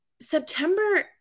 September